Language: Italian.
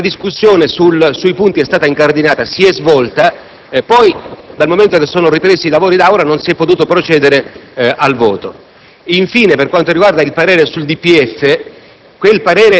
la discussione sui vari punti è stata incardinata, si è svolta, e, poi, dal momento in cui sono ripresi i lavori d'Aula, non si è potuto procedere al voto. Infine, per quanto riguarda il parere sul DPEF,